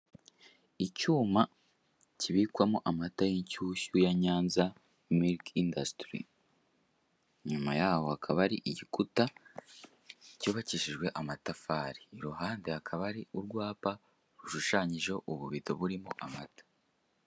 Icyuma kibikwamo amata y'inshyushyu ya Nyanza miriki indasitiri. Inyuma yaho hakaba ari igikuta cyubakishijwe amatafari. iruhande hakaba hari urwapa rushushanyijeho ububido burimo amata.